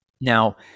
Now